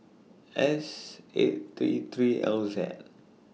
S eight three three L Z